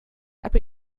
aber